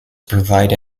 provide